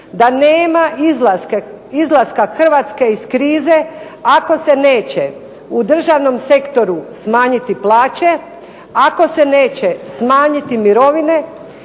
da nema izlaska Hrvatske iz krize ako se neće u državnom sektoru smanjiti plaće, ako se neće smanjiti mirovine,